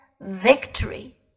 Victory